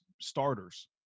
starters